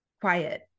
quiet